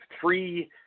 three